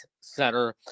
center